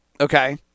Okay